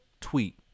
tweet